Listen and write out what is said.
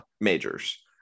majors